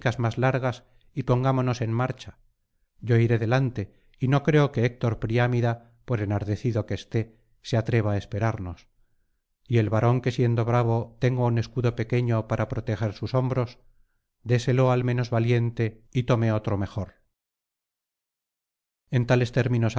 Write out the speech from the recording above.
más largas y pongámonos en marcha yo iré delante y no creo que héctor priámida por enardecido que esté se atreva á esperarnos y el varón que siendo bravo tenga un escudo pequeño para proteger sus hombros déselo al menos valiente y tome otro mejor en tales términos